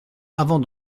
avant